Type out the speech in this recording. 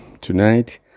Tonight